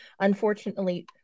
unfortunately